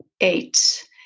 eight